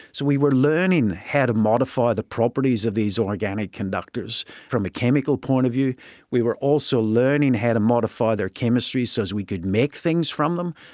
so we were learning how to modify the properties of these organic conductors. from a chemical point of view we were also learning how to modify their chemistry so we could make things from them,